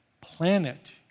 planet